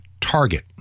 target